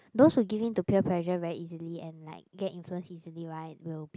those who give in to peer pressure very easily and like get influence easily right will be